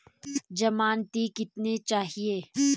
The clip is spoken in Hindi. ज़मानती कितने चाहिये?